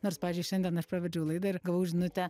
nors pavyzdžiui šiandien aš pravedžiau laidą ir gavau žinutę